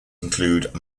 include